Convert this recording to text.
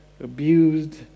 abused